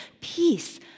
Peace